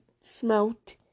smelt